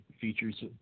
features